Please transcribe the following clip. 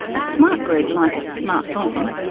a smart grid, like a smart phone,